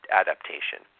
adaptation